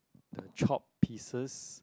the chopped pieces